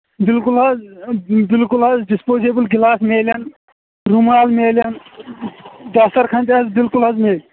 بالکُل حظ بالکُل حظ ڈِسپوزبٕل گِلاس ملان رُمال ملان دَسترخان تہِ حظ بالکُل حظ مِلہِ